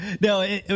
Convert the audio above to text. No